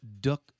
duck